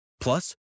Plus